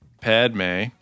Padme